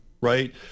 right